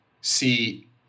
see